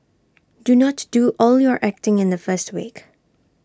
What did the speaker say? do not do all your acting in the first week